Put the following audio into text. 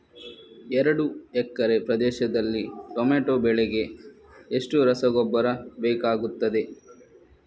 ಎರಡು ಎಕರೆ ಪ್ರದೇಶದಲ್ಲಿ ಟೊಮ್ಯಾಟೊ ಬೆಳೆಗೆ ಎಷ್ಟು ರಸಗೊಬ್ಬರ ಬೇಕಾಗುತ್ತದೆ?